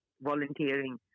volunteering